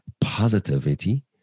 positivity